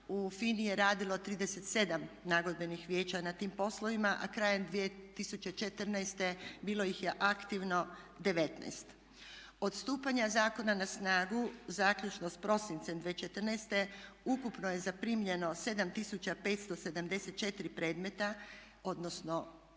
u FINA-i je radilo 37 nagodbenih vijeća na tim poslovima a krajem 2014.bilo ih je aktivno 19. Odstupanja zakona na snagu zaključno s prosincem 2014.ukupno je zaprimljeno 7574 predmeta odnosno